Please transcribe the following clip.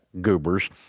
Goobers